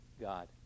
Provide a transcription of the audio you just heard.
God